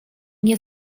nie